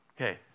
Okay